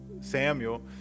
Samuel